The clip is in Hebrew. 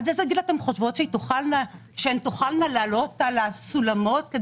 עד איזה גיל אתם חושבים שהיא תוכל לעלות על הסולם כדי